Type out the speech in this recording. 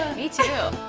me too.